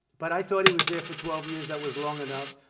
but i thought he was there for twelve years. that was long enough,